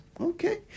Okay